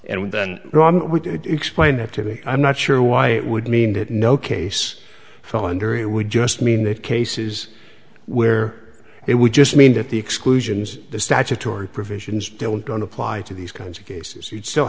and then we do explain activity i'm not sure why it would mean that no case fall under it would just mean that cases where it would just mean that the exclusions the statutory provisions don't don't apply to these kinds of cases you'd still